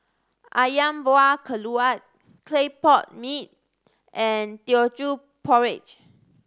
Ayam Buah Keluak clay pot mee and Teochew Porridge